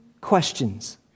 questions